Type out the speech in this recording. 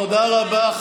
תודה רבה.